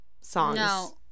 songs